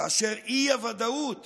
כאשר האי-וודאות